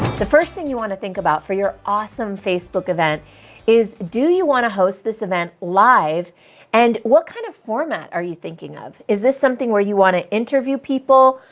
the first thing you want to think about for your awesome facebook event is do you want to host this event live and what kind of format are you thinking of? is this something where you want to interview people?